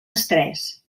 estrès